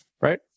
right